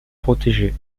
protéger